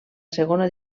segona